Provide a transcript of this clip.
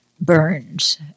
burns